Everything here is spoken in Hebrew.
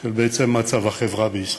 של מצב החברה בישראל.